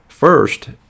First